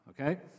okay